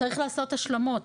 צריך לעשות השלמות,